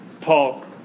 Paul